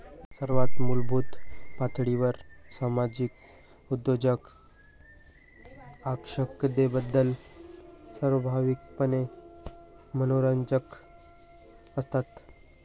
सर्वात मूलभूत पातळीवर सामाजिक उद्योजक आकर्षकतेबद्दल स्वाभाविकपणे मनोरंजक असतात